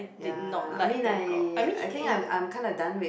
ya I mean I think I I'm kinda done with